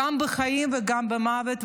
גם בחיים וגם במוות.